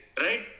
right